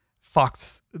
Fox